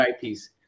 IPs